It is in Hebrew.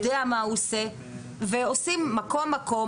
יודע מה הוא עושה ועושים מקום-מקום,